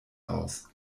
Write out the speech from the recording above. aus